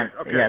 okay